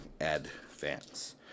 advance